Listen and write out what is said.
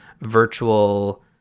virtual